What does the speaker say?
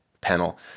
panel